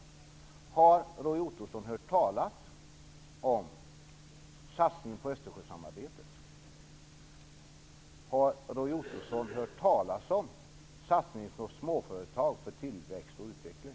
Har Roy Ottosson hört talas om satsningen på Östersjösamarbetet? Har Roy Ottosson hört talas om satsningen på småföretag för tillväxt och utveckling?